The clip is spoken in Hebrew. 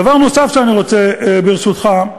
דבר נוסף שאני רוצה, ברשותך,